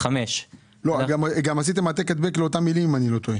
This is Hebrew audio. אם אני לא טועה גם עשיתם העתק-הדבק לאותם מילים.